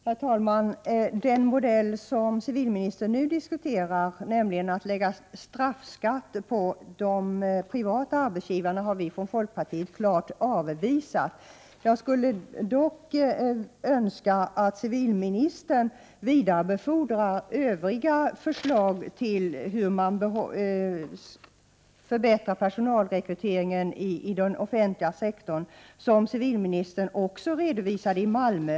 Herr talman! Den modell som civilministern nu diskuterar — nämligen att man skall lägga straffskatt på de privata arbetsgivarna — har vi från folkpartiet klart avvisat. Jag skulle dock önska att civilministern vidarebefordrade de övriga förslag till hur man skall förbättra personalrekryteringen i den offentliga sektorn som civilministern redovisade i Malmö.